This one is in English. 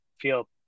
feel